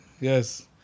yes